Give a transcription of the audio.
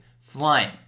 flying